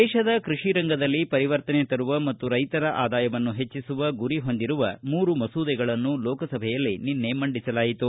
ದೇಶದ ಕೃಷಿರಂಗದಲ್ಲಿ ಪರಿವರ್ತನೆ ತರುವ ಮತ್ತು ರೈತರ ಆದಾಯವನ್ನು ಹೆಚ್ಚಿಸುವ ಗುರಿ ಹೊಂದಿರುವ ಮೂರು ಮಸೂದೆಗಳನ್ನು ಲೋಕಸಭೆಯಲ್ಲಿ ನಿನ್ನೆ ಮಂಡಿಸಲಾಯಿತು